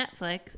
Netflix